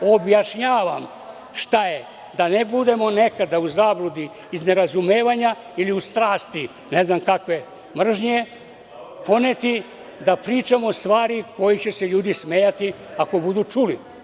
Objašnjavam šta je da ne budemo nekada u zabludi iz nerazumevanja ili u strasti ne znam kakve mržnje poneti da pričamo stvari kojoj će se ljudi smejati ako budu čuli.